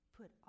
Put